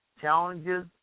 challenges